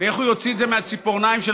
ואיך הוא יוציא את זה מהציפורניים של